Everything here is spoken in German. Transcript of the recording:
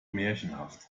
märchenhaft